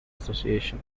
association